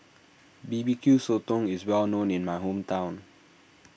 B B Q Sotong is well known in my hometown